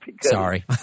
Sorry